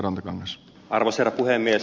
arvoisa herra puhemies